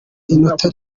inota